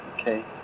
Okay